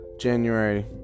january